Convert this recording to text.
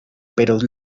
pero